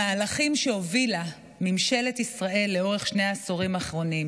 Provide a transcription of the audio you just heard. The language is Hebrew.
המהלכים שהובילה ממשלת ישראל לאורך שני העשורים האחרונים,